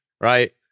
right